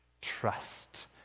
Trust